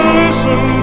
listen